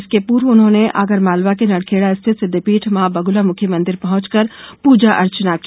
इसके पूर्व उन्होंने आगरमालवा के नलखेडा स्थित सिद्दपीठ मां बगुलामुखी मंदिर पहुंचकर पूजा अर्चना की